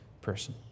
person